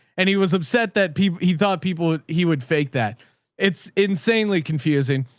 and he was upset that people, he thought people he would fake that it's insanely confusing.